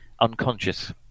unconscious